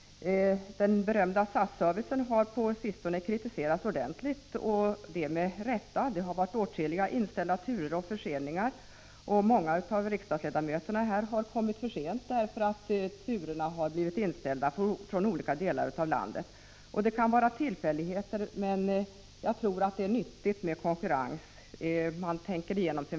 Den berömda SAS-servicen har på sistone kritiserats ordentligt och det med rätta. Det har varit åtskilliga inställda turer och förseningar, och t.ex. många av riksdagsledamöterna har kommit för 15 sent därför att turerna från olika delar av landet blivit inställda. Det kan vara tillfälligheter, men jag tror att det är nyttigt med konkurrens.